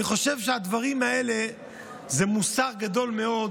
אני חושב שהדברים האלה הם מוסר גדול מאוד